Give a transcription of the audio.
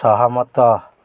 ସହମତ